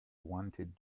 wanted